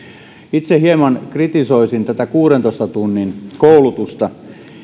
itse hieman kritisoisin tätä kuudentoista tunnin koulutusta